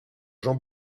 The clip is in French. jean